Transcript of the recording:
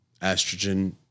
Estrogen